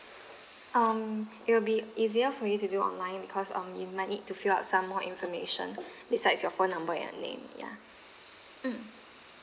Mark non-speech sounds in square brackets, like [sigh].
um it'll be easier for you to do online because um you might need to fill up some more information [breath] besides your phone number your name ya mm